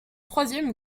troisième